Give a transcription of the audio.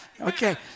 okay